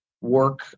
work